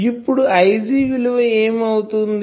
ఇప్పుడు Ig విలువ ఏమి అవుతుంది